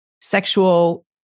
sexual